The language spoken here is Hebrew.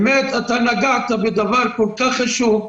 באמת אתה נגעת בדבר כל כך חשוב.